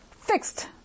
fixed